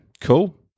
Cool